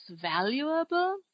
valuable